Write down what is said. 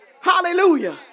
Hallelujah